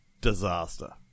Disaster